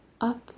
up